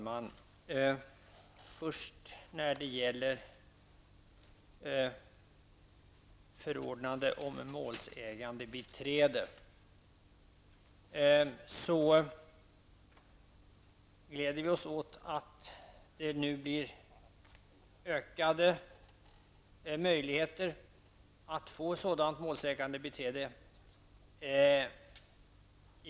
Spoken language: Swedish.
Herr talman! Vi glädjer oss åt att det genom regeringsförslaget nu ges ökade möjligheter att få målsägandebiträde.